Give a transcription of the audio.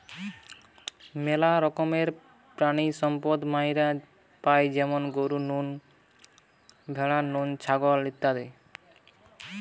মেলা রকমের প্রাণিসম্পদ মাইরা পাই যেমন গরু নু, ভ্যাড়া নু, ছাগল ইত্যাদি